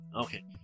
Okay